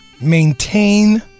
maintain